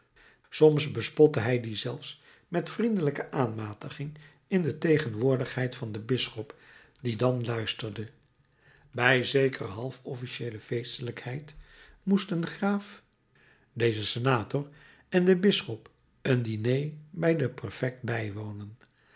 soms bespotte hij die zelfs met vriendelijke aanmatiging in de tegenwoordigheid van den bisschop die dan luisterde bij zekere half officieele feestelijkheid moesten graaf deze senator en de bisschop een diner bij den prefect bijwonen